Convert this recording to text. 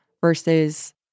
versus